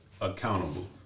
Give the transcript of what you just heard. accountable